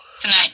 tonight